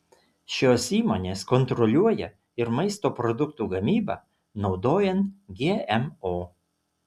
šios įmonės kontroliuoja ir maisto produktų gamybą naudojant gmo